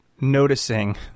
noticing